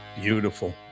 Beautiful